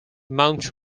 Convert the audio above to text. mount